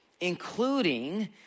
including